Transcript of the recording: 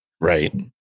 Right